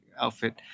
outfit